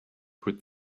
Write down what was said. put